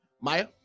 maya